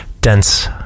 dense